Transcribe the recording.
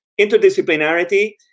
interdisciplinarity